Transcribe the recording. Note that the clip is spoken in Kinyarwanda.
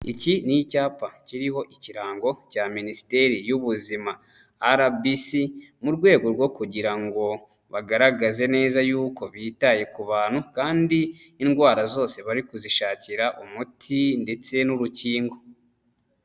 Iki ni icyapa kiriho ikirango cya minisiteri y'ubuzima Arabisi, mu rwego rwo kugira ngo bagaragaze neza yuko bitaye ku bantu, kandi indwara zose bari kuzishakira umuti ndetse n'urukingo.